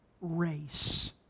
race